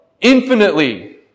infinitely